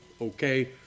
okay